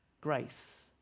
grace